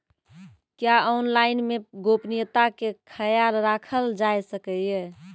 क्या ऑनलाइन मे गोपनियता के खयाल राखल जाय सकै ये?